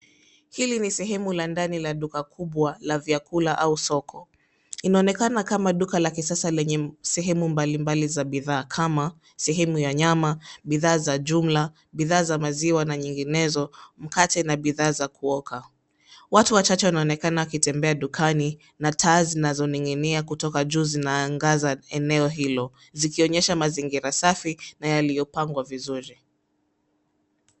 Hili ni sehemu la ndani la duka kubwa la vyakula au soko. Inaonekana kama duka la kisasa lenye sehemu mbalimbali za bidhaa kama sehemu ya nyama, bidhaa za jumla, bidhaa za maziwa na nyinginezo, mkate na bidhaa za kuoka. Watu wachache wanaonekana wakitembea dukani na taa zinazoninginia kutoka juu zinaangaza eneo hilo zikionyesha mazingira safi na yaliyopangwa vizuri.